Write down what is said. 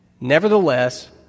Nevertheless